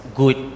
good